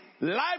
life